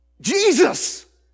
Jesus